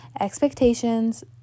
expectations